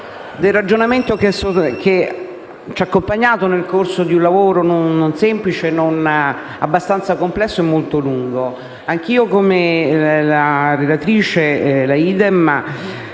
del ragionamento che ci ha accompagnato nel corso di un lavoro non semplice, abbastanza complesso e molto lungo. Anch'io, come la relatrice Idem,